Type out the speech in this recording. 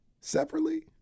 Separately